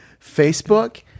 facebook